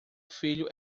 filho